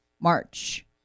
March